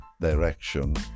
direction